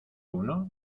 uno